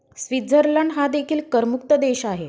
Switzerland हा देखील करमुक्त देश आहे